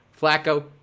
Flacco